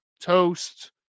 toast